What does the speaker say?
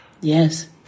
Yes